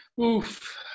Oof